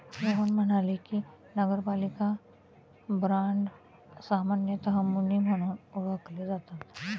रोहन म्हणाले की, नगरपालिका बाँड सामान्यतः मुनी म्हणून ओळखले जातात